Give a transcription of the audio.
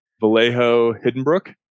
Vallejo-Hiddenbrook